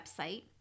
website